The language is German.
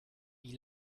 wie